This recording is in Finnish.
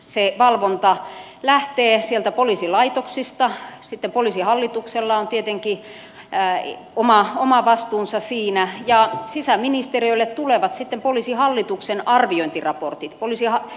se valvonta lähtee sieltä poliisilaitoksista sitten poliisihallituksella on tietenkin oma vastuunsa siinä ja sisäministeriölle tulevat sitten poliisihallituksen arviointiraportit